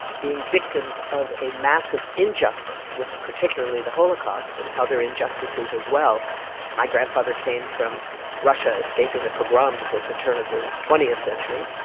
being victims of a massive injustice with, particularly, the holocaust and other injustices as well my grandfather came from russia escaping the pogroms at the turn of the twentieth century.